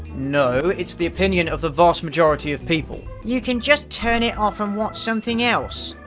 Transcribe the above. no, it's the opinion of the vast majority of people. you can just turn it off and watch something else.